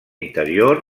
interior